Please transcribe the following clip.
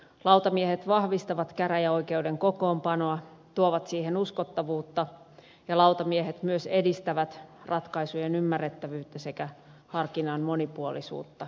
lautamiehet vahvistavat käräjäoikeuden kokoonpanoa tuovat siihen uskottavuutta ja lautamiehet myös edistävät ratkaisujen ymmärrettävyyttä sekä harkinnan monipuolisuutta